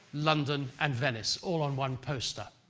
london and venice all on one poster.